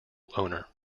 owner